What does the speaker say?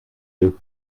you